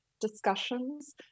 discussions